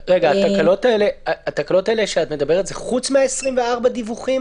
התקלות שאת מדברת זה חוץ מ-24 הדיווחים